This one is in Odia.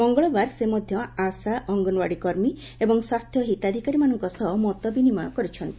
ମଙ୍ଗଳବାର ସେ ମଧ୍ୟ ଆଶା ଅଙ୍ଗନବାଡ଼ିକର୍ମୀ ଏବଂ ସ୍ୱାସ୍ଥ୍ୟ ହିତାଧିକାରୀମାନଙ୍କ ସହ ମତବିନିମୟ କରିଛନ୍ତି